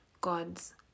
God's